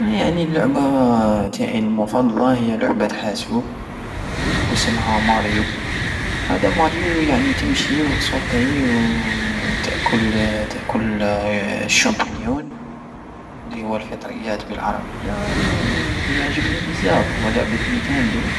أنا يعني اللعبة تاعي المفضلة هي لعبة حاسوب وسمها ماريو هدا ماريو يعني تمشي وتسوطي وتأكل- تأكل الشمبينيون الي هو الفطريات بالعربية ويعجبني بزاف لعبة نيتاندو